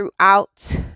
throughout